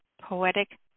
poetic